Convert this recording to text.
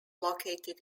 located